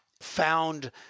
found